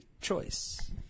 choice